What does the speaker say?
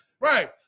Right